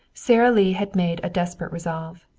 sara lee had made a desperate resolve.